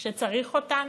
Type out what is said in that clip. שצריך אותן,